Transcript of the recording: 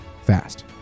fast